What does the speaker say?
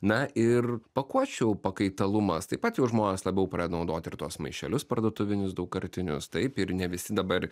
na ir pakuočių pakaitalumas taip pat jau žmonės labiau pradeda naudot ir tuos maišelius parduotuvinius daugkartinius taip ir ne visi dabar